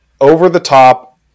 over-the-top